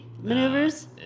maneuvers